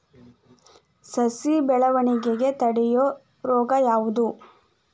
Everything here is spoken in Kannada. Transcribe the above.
ಸಸಿ ಬೆಳವಣಿಗೆ ತಡೆಯೋ ರೋಗ ಯಾವುದು?